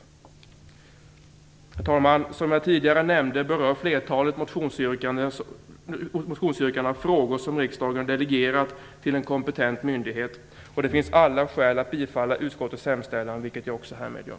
Herr talman! Som jag tidigare nämnde berör flertalet motionsyrkanden frågor som riksdagen delegerat till en kompetent myndighet. Det finns alla skäl att bifalla utskottets hemställan, vilket jag också härmed gör.